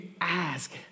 ask